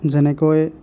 যেনেকৈ